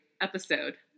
episode